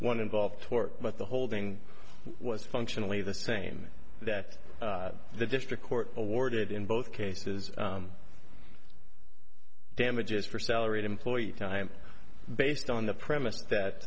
one involved tort but the holding was functionally the same that the district court awarded in both cases damages for salaried employee time based on the premise that